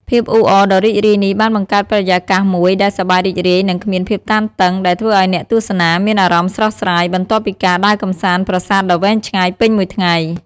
ភាពអ៊ូអរដ៏រីករាយនេះ បានបង្កើតបរិយាកាសមួយដែល សប្បាយរីករាយ និង គ្មានភាពតានតឹង ដែលធ្វើឲ្យអ្នកទស្សនាមានអារម្មណ៍ ស្រស់ស្រាយ បន្ទាប់ពីការដើរកម្សាន្តប្រាសាទដ៏វែងឆ្ងាយពេញមួយថ្ងៃ។